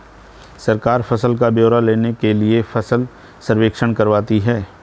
सरकार फसल का ब्यौरा लेने के लिए फसल सर्वेक्षण करवाती है